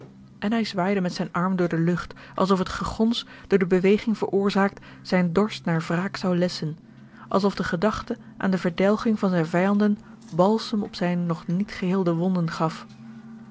en hij zwaaide met zijn arm door de lucht alsof het gegons door de beweging veroorzaakt zijn dorst naar wraak zou lesschen alsof de gedachte aan de verdelging van zijne vijanden balsem op zijne nog niet geheelde wonden gaf